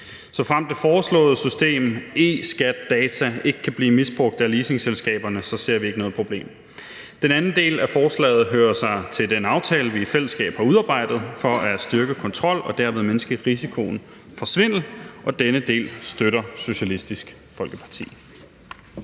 Såfremt det foreslåede system – eSkatData – ikke kan blive misbrugt af leasingselskaberne, ser vi ikke noget problem. Den anden del af forslaget hører til den aftale, vi i fællesskab har udarbejdet for at styrke kontrol og dermed mindske risikoen for svindel, og denne del støtter Socialistisk Folkeparti